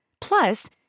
Plus